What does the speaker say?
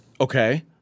okay